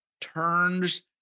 turns